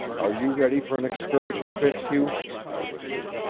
are you ready for an excursion, fitzhugh? i whispered.